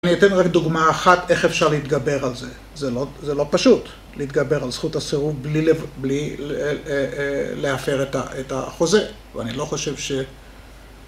אני אתן רק דוגמא אחת, איך אפשר להתגבר על זה. זה לא פשוט, להתגבר על זכות הסירוב בלי להפר את החוזה. ואני לא חושב ש...